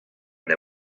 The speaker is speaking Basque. ere